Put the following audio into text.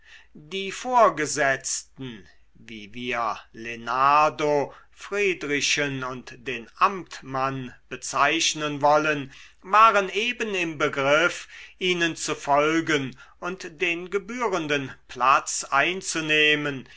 die vorgesetzten wie wir lenardo friedrichen und den amtmann bezeichnen wollen waren eben im begriff ihnen zu folgen und den gebührenden platz einzunehmen